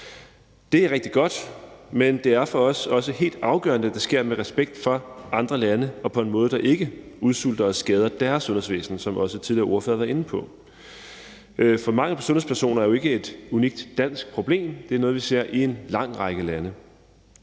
Det er rigtig godt, men det er for os også helt afgørende, at det sker med respekt for andre lande og på en måde, der ikke udsulter og skader deres sundhedsvæsen, som også tidligere ordførere har været inde på. For mangel på sundhedspersoner er jo ikke et unikt dansk problem; det er noget, vi ser i en lang række lande.